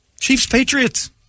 Chiefs-Patriots